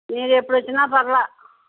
మీరెప్పుడొచ్చినా పర్వాలేదు